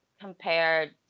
compared